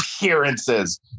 Appearances